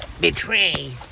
Betray